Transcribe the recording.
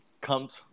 comes